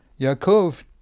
Yaakov